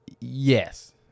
Yes